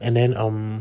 and then um